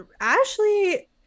Ashley